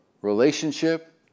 relationship